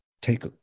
take